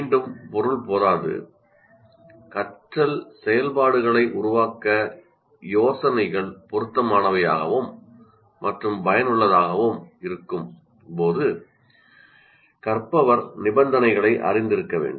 மீண்டும் பொருள் போதாது யோசனைகள் பொருத்தமானவையாக இருக்கும்போது கற்றல் செயல்பாடுகளை உருவாக்க பயனுள்ளதாக இருக்கும் போது கற்பவர் நிலைமைகளை அறிந்திருக்க வேண்டும்